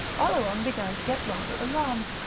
oleron began to get rather alarmed.